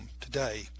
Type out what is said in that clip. today